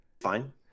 Fine